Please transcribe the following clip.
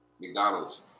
McDonald's